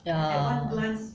ya